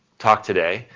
talk today,